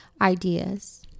ideas